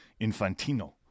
Infantino